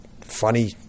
funny